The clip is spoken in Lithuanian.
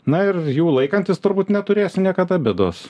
na ir jų laikantis turbūt neturėsim niekada bėdos